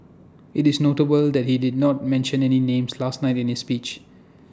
IT is notable that he did not mention any names last night in his speech